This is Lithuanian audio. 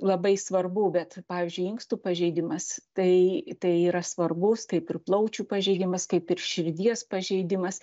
labai svarbu bet pavyzdžiui inkstų pažeidimas tai tai yra svarbus kaip ir plaučių pažeidimas kaip ir širdies pažeidimas